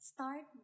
Start